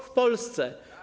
W Polsce.